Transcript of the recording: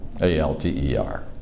A-L-T-E-R